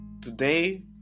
today